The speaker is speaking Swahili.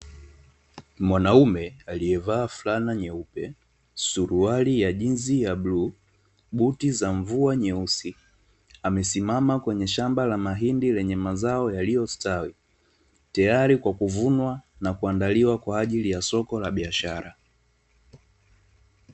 Mwanaume aliyevaa fulana nyeupe, suruali ya jinzi ya bluu, buti za mvua nyeusi, amesimama kwenye shamba la mahindi lenye mazao yaliyostawi, tayari kwa kuvunwa na kuandaliwa kwa ajili ya soko la biashara.